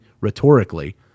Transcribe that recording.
rhetorically